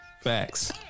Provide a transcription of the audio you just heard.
Facts